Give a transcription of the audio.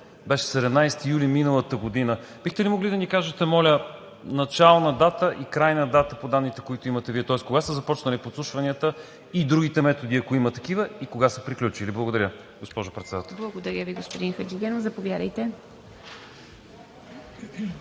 беше 17 юли миналата година – бихте ли могли да ни кажете, моля, начална дата и крайна дата по данните, които имате Вие, тоест кога са започнали подслушванията и другите методи, ако има такива, и кога са приключили? Благодаря, госпожо Председател. ПРЕДСЕДАТЕЛ ИВА МИТЕВА: Благодаря Ви, господин Хаджигенов. Заповядайте.